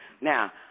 Now